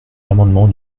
l’amendement